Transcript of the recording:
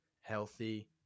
healthy